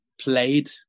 played